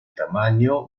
tamaño